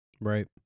Right